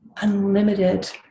unlimited